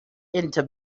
into